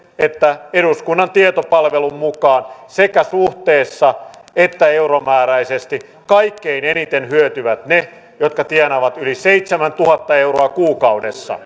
että eduskunnan tietopalvelun mukaan sekä suhteessa että euromääräisesti kaikkein eniten hyötyvät ne jotka tienaavat yli seitsemäntuhatta euroa kuukaudessa